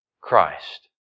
Christ